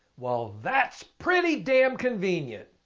well that's pretty damn convenient!